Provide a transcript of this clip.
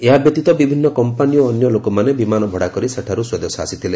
ଏହା ବ୍ୟତୀତ ବିଭିନ୍ନ କମ୍ପାନୀ ଓ ଅନ୍ୟ ଲୋକମାନେ ବିମାନ ଭଡ଼ା କରି ସେଠାର୍ ସ୍ୱଦେଶ ଆସିଥିଲେ